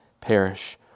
perish